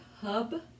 Hub